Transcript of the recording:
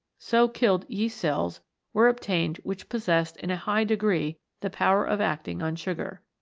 so killed yeast-cells were ob tained which possessed in a high degree the power of acting on sugar.